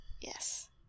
Yes